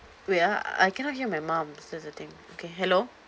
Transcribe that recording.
wait ah I cannot hear my mum that's the thing okay hello